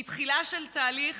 היא תחילה של תהליך